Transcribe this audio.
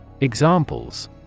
Examples